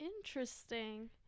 Interesting